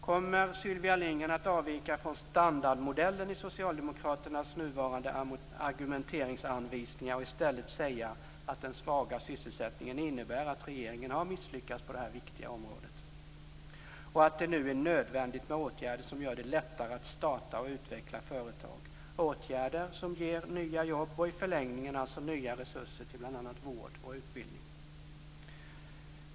Kommer Sylvia Lindgren att avvika från standardmodellen i socialdemokraternas argumenteringsanvisningar och i stället säga att den svaga sysselsättningen innebär att regeringen har misslyckats på det här viktiga området och att det nu är nödvändigt med åtgärder som gör det lättare att starta och utveckla företag, åtgärder som ger nya jobb och i förlängningen nya resurser till bl.a. vård och utbildning.